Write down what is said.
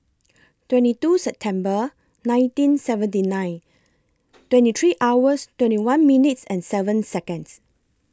twenty two September nineteen seventy nine twenty three hours twenty one minutes and seven Seconds